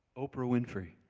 oprah winfrey.